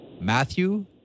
Matthew